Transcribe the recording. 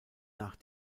nach